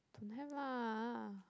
don't have lah